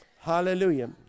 Hallelujah